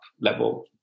level